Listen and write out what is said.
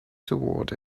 toward